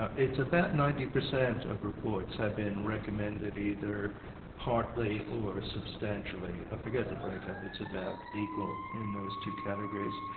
ah it's about ninety percent of reports have been recommended either partly or substantially. i forget the break-up, it's about equal in those two categories.